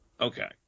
okay